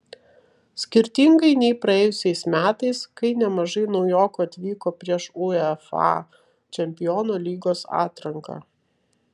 skirtingai nei praėjusiais metais kai nemažai naujokų atvyko prieš uefa čempionų lygos atranką